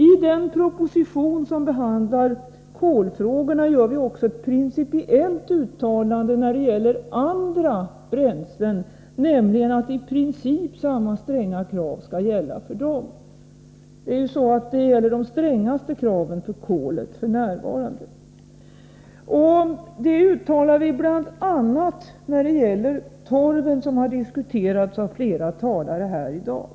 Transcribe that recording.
I den proposition som behandlar kolfrågorna gör vi också ett principiellt uttalande när det gäller andra bränslen, nämligen att i princip samma stränga krav skall gälla för dem. F.n. gäller de strängaste kraven för kolet. Detta uttalar vi bl.a. när det gäller torven, som har diskuterats av flera talare här i dag.